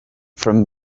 from